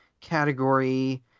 category